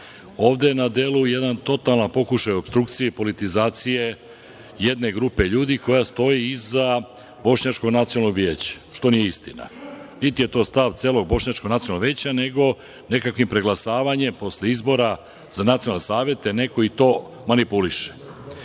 je na delu jedan totalan pokušaj opstrukcije i politizacije jedne grupe ljudi koja stoji iza Bošnjačkog nacionalnog vijeća, što nije istina. Niti je to stav celog Bošnjačkog nacionalnog veća, nego nekakvim preglasavanjem posle izbora za nacionalne savete neko i to manipuliše. Stvari